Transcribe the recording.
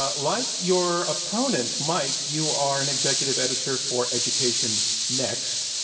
ah like your opponent, mike, you are an executive editor for education next.